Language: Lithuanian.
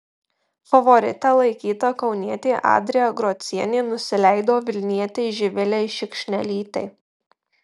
favorite laikyta kaunietė adrija grocienė nusileido vilnietei živilei šikšnelytei